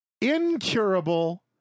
incurable